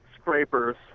scrapers